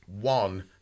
one